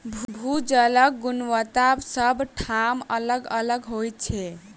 भू जलक गुणवत्ता सभ ठाम अलग अलग होइत छै